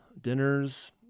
dinners